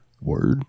Word